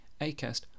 Acast